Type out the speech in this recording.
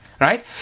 Right